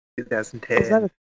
2010